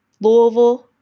Louisville